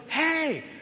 hey